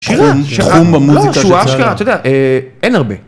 שירה, שירה, לא, שהוא אשכרה, אתה יודע, אין הרבה.